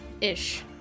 ish